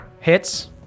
Hits